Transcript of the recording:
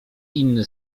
inny